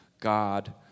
God